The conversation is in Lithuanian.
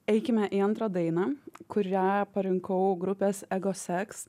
eikime į antrą dainą kurią parinkau grupės ego seks